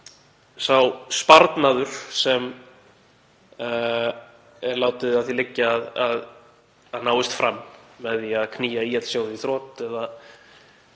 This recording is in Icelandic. sá sparnaður, sem látið er að því liggja að náist fram með því að knýja ÍL-sjóð í þrot eða